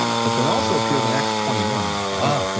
but then also appears in acts twenty one. ah,